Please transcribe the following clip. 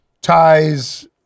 ties